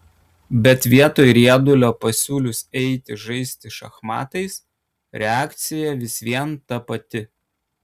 bet vietoj riedulio pasiūlius eiti žaisti šachmatais reakcija vis vien ta pati